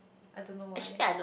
I don't know why